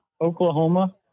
Oklahoma